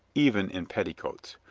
even in petticoats.